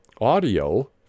audio